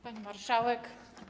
Pani Marszałek!